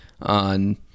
on